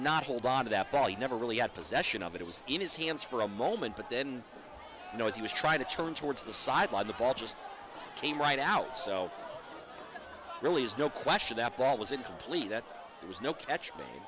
not hold on to that ball you never really had possession of it it was in his hands for a moment but then you know if he was trying to turn towards the sideline the ball just came right out so really is no question that ball was incomplete that there was no catch me